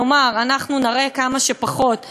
כלומר אנחנו נראה כמה שפחות לסנגורים,